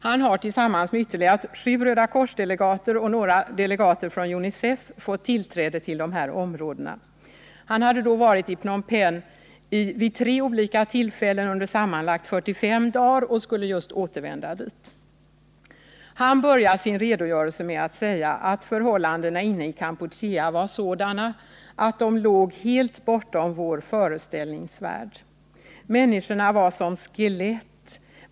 Han har tillsammans med ytterligare sju Röda kors-delegater och några delegater från UNICEF fått tillträde till dessa områden. Han hade då jag fick informationen varit i Phnom Penh vid tre olika tillfällen under sammanlagt 45 dagar och skulle just återvända dit. Han började sin redogörelse med att säga att förhållandena inne i Kampuchea var sådana att de låg helt bortom vår föreställningsvärld. Människorna var som skelett.